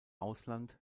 ausland